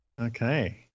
Okay